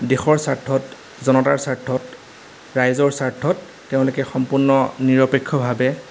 দেশৰ স্বাৰ্থত জনতাৰ স্বাৰ্থত ৰাইজৰ স্বাৰ্থত তেওঁলোকে সম্পূৰ্ণ নিৰপেক্ষভাৱে